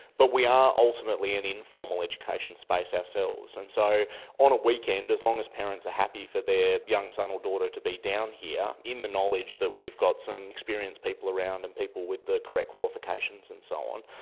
but we are ultimately an informal education space ourselves. and so on a weekend, as long as parents are happy for their young son or daughter to be down here in the knowledge that we've got some experienced people around and people with the correct qualifications and so on,